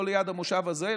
לא ליד המושב הזה,